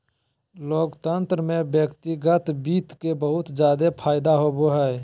लोकतन्त्र में व्यक्तिगत वित्त के बहुत जादे फायदा होवो हय